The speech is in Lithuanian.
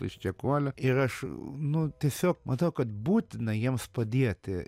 iš čekuolio ir aš nu tiesiog matau kad būtina jiems padieti